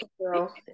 girl